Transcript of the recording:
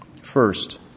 First